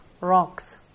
rocks